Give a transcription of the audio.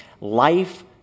Life